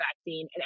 vaccine